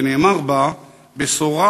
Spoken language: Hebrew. ונאמר בה: בשורה,